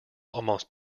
almost